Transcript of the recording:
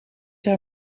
haar